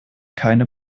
keine